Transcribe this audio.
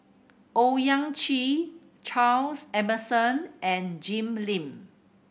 Owyang Chi Charles Emmerson and Jim Lim